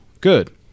Good